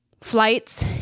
flights